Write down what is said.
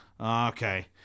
okay